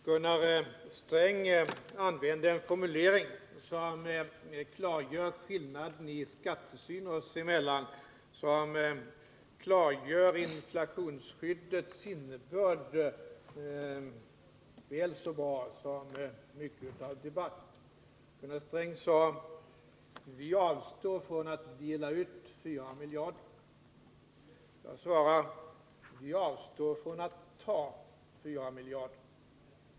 Herr talman! Gunnar Sträng använde en formulering för att klargöra skillnaden i skattesyn oss emellan som klargör inflationsskyddets innebörd väl så bra som mycket av en debatt skulle göra. Gunnar Sträng sade att vi avstår från att dela ut 4 miljarder. Jag svarar att vi avstår från att ta 4 miljarder.